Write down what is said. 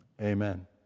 Amen